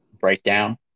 breakdown